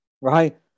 right